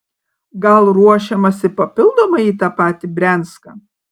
gal ruošiamasi papildomai į tą patį brianską